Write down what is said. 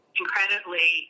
incredibly